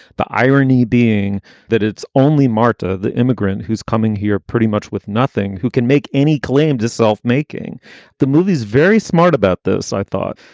the irony being that it's only marta, the immigrant who's coming here pretty much with nothing, who can make any claim to self making the movies very smart about those. i thought,